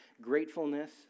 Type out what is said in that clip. gratefulness